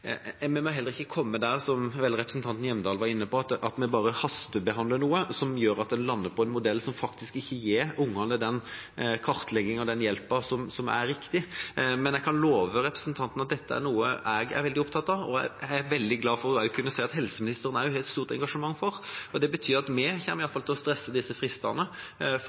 vi må heller ikke komme dit – som vel representanten Hjemdal var inne på – at vi bare hastebehandler noe, som gjør at en lander på en modell som faktisk ikke gir ungene den kartleggingen og hjelpa som er riktig. Men jeg kan love representanten Sem-Jacobsen at dette er noe jeg er veldig opptatt av, og som jeg er veldig glad for å kunne se at også helseministeren har et stort engasjement for. Det betyr iallfall at vi kommer til å stresse disse fristene for